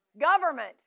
government